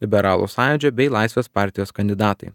liberalų sąjūdžio bei laisvės partijos kandidatai